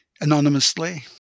anonymously